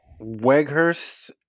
Weghurst